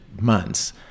months